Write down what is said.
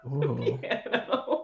piano